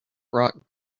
brought